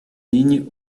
ligne